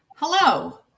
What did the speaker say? Hello